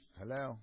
hello